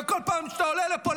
וכל פעם שאתה עולה לפה,